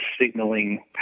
signaling